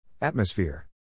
Atmosphere